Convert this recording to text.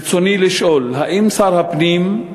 רצוני לשאול: 1. האם שר הפנים,